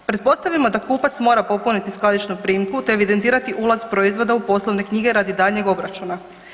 Pretpostavimo da kupac mora popuniti skladišnu primku te evidentirati ulaz proizvoda u poslovne knjige radi daljnjeg obračuna.